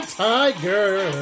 tiger